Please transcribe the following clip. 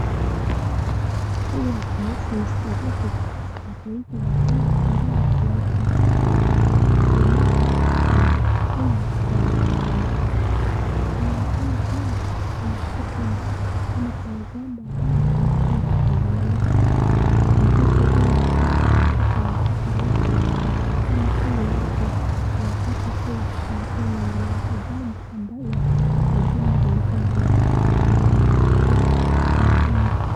Huyu ni rais mstaafu wa taifa la Kenya ambaye anaitwa Uhuru Kenyatta na hakimu wa wakati wake. Inaonekana kwamba kuna kitu ambayo ama kuna jambo ambalo walikuwa wanaongelelea rais huyu mstaafu katika wakati wake na hakimu huyu wake wa wakati huo. Walikuwa wanaongelelea jambo ambalo lazima lilikuwa lina affect nchi.